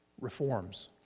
reforms